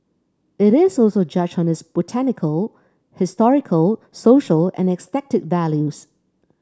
it is also judged on its botanical historical social and aesthetic values